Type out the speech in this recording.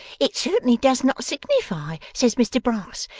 it certainly does not signify, says mr brass.